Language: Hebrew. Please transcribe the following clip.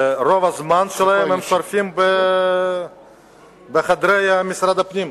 שאת רוב הזמן הם שורפים בחדרי משרד הפנים.